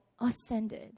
ascended